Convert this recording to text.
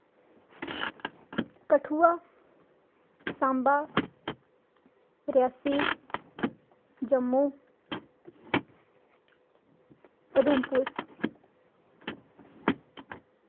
Kathua Samba Reasi Jammu Udhampur